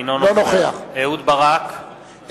אינו נוכח אהוד ברק,